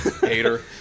Hater